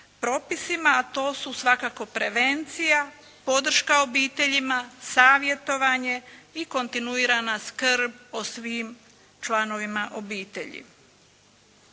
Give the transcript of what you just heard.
propisima, a to su svakako prevencija, podrška obiteljima, savjetovanje i kontinuirana skrb o svim članovima obitelji.